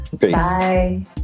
bye